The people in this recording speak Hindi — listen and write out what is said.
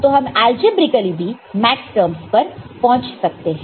तो हम अलजेब्रिकली भी मैक्सटर्म्स पर पहुंच सकते हैं